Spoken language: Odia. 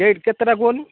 ସେଇଟି କେତେଟା କୁହନି